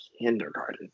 kindergarten